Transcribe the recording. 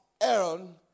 Aaron